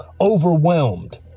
overwhelmed